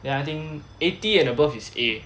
then I think eighty and above is A